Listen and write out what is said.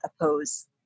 oppose